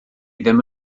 ddim